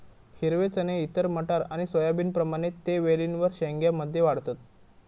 हिरवे चणे इतर मटार आणि सोयाबीनप्रमाणे ते वेलींवर शेंग्या मध्ये वाढतत